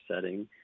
setting